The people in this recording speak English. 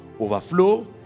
overflow